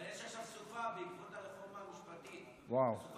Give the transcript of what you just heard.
אבל יש עכשיו סופה בעקבות הרפורמה המשפטית, נדבר